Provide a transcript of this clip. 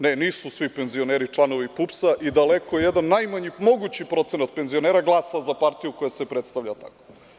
Ne, nisu svi penzioneri članovi PUPS-a i daleko, jedan od najmanjih mogućih procenata glasa za partiju u kojoj se predstavlja tako.